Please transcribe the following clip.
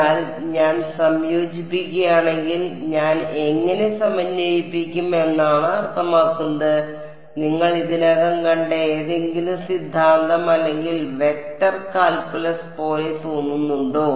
എന്നാൽ ഞാൻ സംയോജിപ്പിക്കുകയാണെങ്കിൽ ഞാൻ എങ്ങനെ സമന്വയിപ്പിക്കും എന്നാണ് അർത്ഥമാക്കുന്നത് നിങ്ങൾ ഇതിനകം കണ്ട ഏതെങ്കിലും സിദ്ധാന്തം അല്ലെങ്കിൽ വെക്റ്റർ കാൽക്കുലസ് പോലെ തോന്നുന്നുണ്ടോ